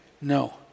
No